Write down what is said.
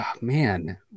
man